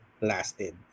lasted